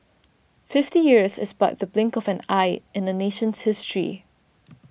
fifty years is but the blink of an eye in a nation's history